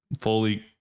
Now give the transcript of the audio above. fully